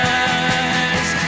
eyes